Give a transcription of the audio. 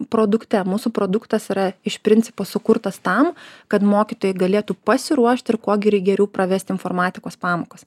produkte mūsų produktas yra iš principo sukurtas tam kad mokytojai galėtų pasiruošt ir kuo geri geriau pravest informatikos pamokas